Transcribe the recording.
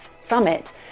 summit